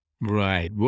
Right